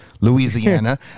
Louisiana